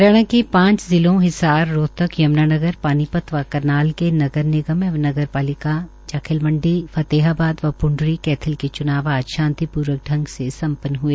हरियाणा के पांच जिलों हिसार रोहतक यम्नानगर पानीपत व करनाल के नगर निगम एवं नगर पालिका जाखिल मंडी फतेहाबाद व प्ण्डरी कैथल के च्नाव आज शांतिपूर्वक ांग से सम्पन्न हए